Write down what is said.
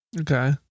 Okay